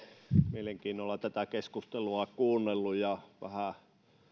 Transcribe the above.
mielenkiinnolla olen tätä keskustelua kuunnellut ja vähän